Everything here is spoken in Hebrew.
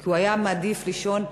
כי הוא היה מעדיף לישון בכלא,